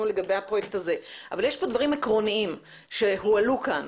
לגבי הפרויקט הזה אבל יש כאן דברים עקרוניים שהועלו כאן